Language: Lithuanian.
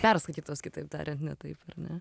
perskaitytos kitaip tariant ne taip ir ne